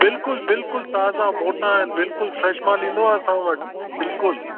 बिल्कुलु बिल्कुलु ताज़ा मोटा ऐं बिल्कुलु फ्रेश माल ईंदो आहे असां वटि बिल्कुलु